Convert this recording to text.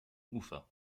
ufer